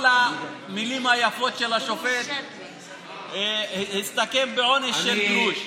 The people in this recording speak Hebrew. כל המילים היפות של השופט הסתכמו בעונש של גרוש.